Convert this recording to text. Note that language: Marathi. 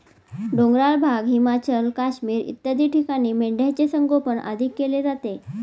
डोंगराळ भाग, हिमाचल, काश्मीर इत्यादी ठिकाणी मेंढ्यांचे संगोपन अधिक केले जाते